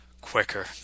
Quicker